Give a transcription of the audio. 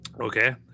Okay